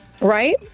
right